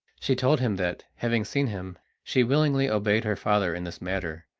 she told him that, having seen him, she willingly obeyed her father in this matter.